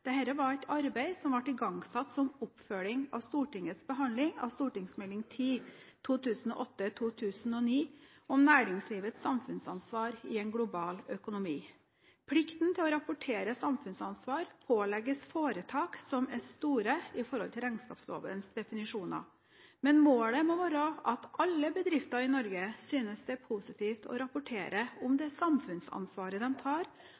var et arbeid som ble igangsatt som oppfølging av Stortingets behandling av St.meld. nr. 10 for 2008–2009, om næringslivets samfunnsansvar i en global økonomi. Plikten til å rapportere samfunnsansvar pålegges foretak som er store i forhold til regnskapslovens definisjoner. Men målet må være at alle bedrifter i Norge synes det er positivt å rapportere om det samfunnsansvaret de tar,